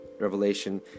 revelation